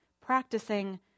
practicing